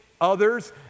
others